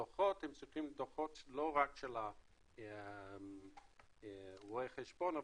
הדוחות הם לא רק דוחות של רואי חשבון,